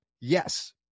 Yes